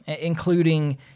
including